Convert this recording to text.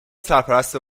سرپرست